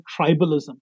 tribalism